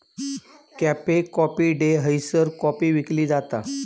cafe Coffee Day हयसर coffee विकली जाता